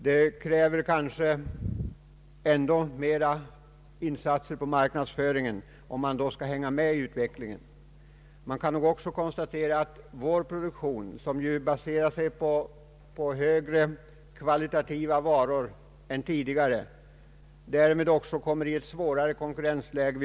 Detta kräver kanske ändå mera insatser på marknadsföringens område, om vi skall kunna hänga med i utvecklingen. Det kan nog också konstateras att vår produktion, som ju baseras på kvalitativt högre stående varor än tidigare, därmed också kommer i ett svårare konkurrensläge.